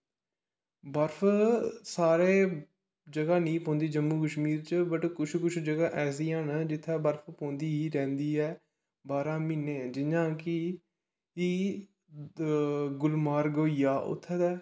बर्फ सारे जगह नेईं पौंदी जम्मू कशमीर च बट कुछ कुछ जगह ऐसियां ना जित्थै बर्फ पौंदी ही रैंहदी ऐ बांरा म्हीने जियां कि गुलमार्ग होई गेआ उत्थै ते